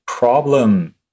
problem